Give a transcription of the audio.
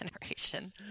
generation